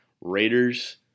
Raiders